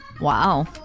Wow